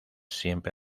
siempre